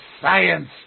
science